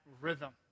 rhythm